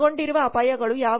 ಒಳಗೊಂಡಿರುವ ಅಪಾಯಗಳು ಯಾವುವು